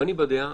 ואני בדעה